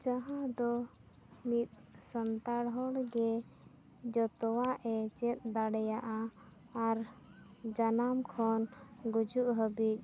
ᱡᱟᱦᱟᱸ ᱫᱚ ᱢᱤᱫ ᱥᱟᱱᱛᱟᱲ ᱦᱚᱲ ᱜᱮ ᱡᱚᱛᱚᱣᱟᱜ ᱮ ᱪᱮᱫ ᱫᱟᱲᱮᱭᱟᱜᱼᱟ ᱟᱨ ᱡᱟᱱᱟᱢ ᱠᱷᱚᱱ ᱜᱩᱡᱩᱜ ᱦᱟᱹᱵᱤᱡ